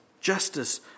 justice